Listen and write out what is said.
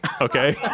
okay